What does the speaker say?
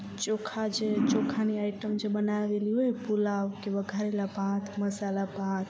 ચોખા જે ચોખાની આઈટમ જે બનાવેલી હોય પુલાવ કે વઘારેલા ભાત મસાલા ભાત